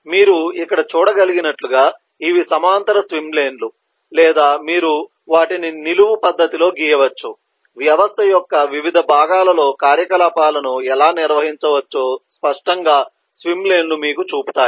మీరు ఇక్కడ చూడగలిగినట్లుగా ఇవి సమాంతర స్విమ్ లేన్ లు లేదా మీరు వాటిని నిలువు పద్ధతిలో గీయవచ్చు వ్యవస్థ యొక్క వివిధ భాగాలలో కార్యకలాపాలను ఎలా నిర్వహించవచ్చో స్పష్టంగా స్విమ్ లేన్ లు మీకు చూపుతాయి